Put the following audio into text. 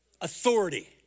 Authority